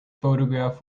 photograph